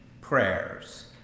prayers